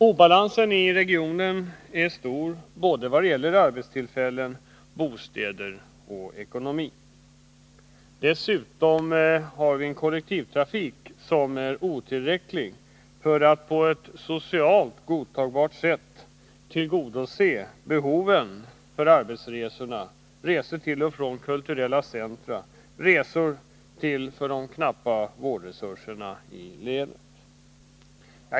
Obalansen i regionen är stor vad gäller såväl arbetstillfällen som bostäder och ekonomi. Dessutom är kollektivtrafiken otillräcklig för att på ett socialt godtagbart sätt tillgodose behoven av arbetsresor, resor till och från kulturella centra, resor till de för knappa vårdresurserna i länet.